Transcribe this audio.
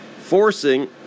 forcing